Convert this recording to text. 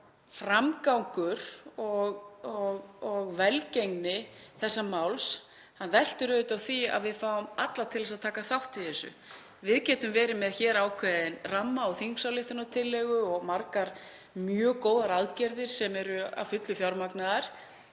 hér. Framgangur og velgengni þessa máls veltur auðvitað á því að við fáum alla til að taka þátt í þessu. Við getum verið hér með ákveðinn ramma og þingsályktunartillögu og margar mjög góðar aðgerðir sem eru að fullu fjármagnaðar